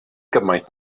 gymaint